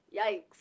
yikes